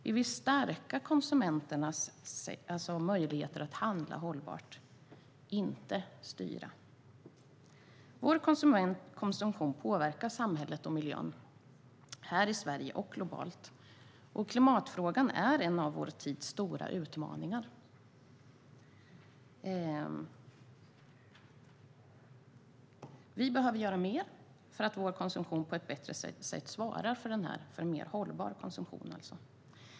Vi vill stärka konsumenternas möjligheter att handla hållbart - inte styra. Vår konsumtion påverkar samhället och miljön, här i Sverige och globalt. Klimatfrågan är en av vår tids stora utmaningar. Vi behöver göra mer för att vår konsumtion på ett bättre sätt ska svara för en mer hållbar konsumtion.